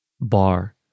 bar